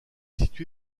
situé